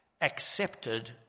accepted